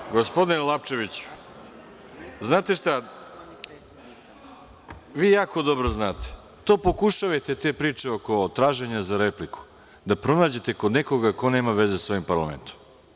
Prvo, gospodine Lapčeviću, znate šta, vi jako dobro znate, to pokušavajte te priče oko traženja za repliku da pronađete kod nekoga ko nema veze sa ovim parlamentom.